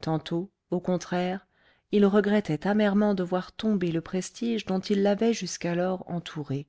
tantôt au contraire il regrettait amèrement de voir tomber le prestige dont il l'avait jusqu'alors entourée